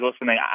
listening